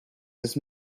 this